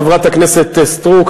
חברת הכנסת סטרוק,